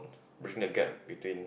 bridging the gap between